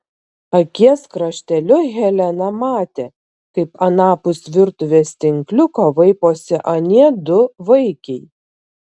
akies krašteliu helena matė kaip anapus virtuvės tinkliuko vaiposi anie du vaikiai